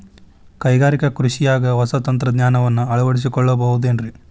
ಕೈಗಾರಿಕಾ ಕೃಷಿಯಾಗ ಹೊಸ ತಂತ್ರಜ್ಞಾನವನ್ನ ಅಳವಡಿಸಿಕೊಳ್ಳಬಹುದೇನ್ರೇ?